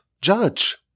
judge